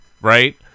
right